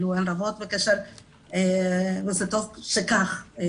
וטוב שכך.